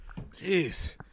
Jeez